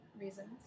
reasons